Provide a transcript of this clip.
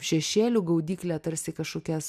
šešėlių gaudyklė tarsi kažkokias